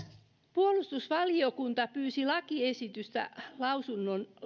puolustusvaliokunta pyysi lakiesityksestä lausunnon